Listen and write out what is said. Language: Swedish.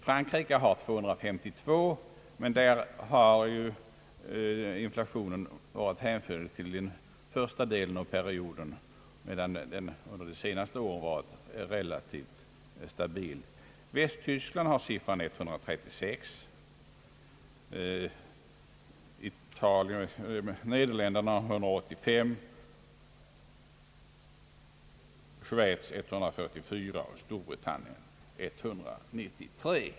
Frankrike har 252, men där är inflationen framför allt hänförlig till den första delen av perioden, medan utvecklingen under de senaste åren varit relativt stabil. Västtyskland har siffran 136, Nederländerna 185, Schweiz 144 och Storbritannien 193.